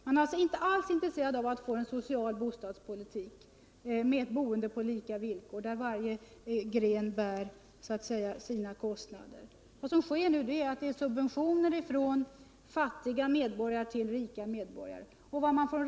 Man är inte alls intresserad av att få en social bostadspolitik med ett boende på lika villkor, där så att säga varje gren bär sina kostnader. Vad som sker nu är att fattiga medborgare får subventionera rika medborgare.